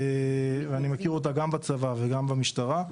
ואני מכיר אותה גם בצבא וגם במשטרה,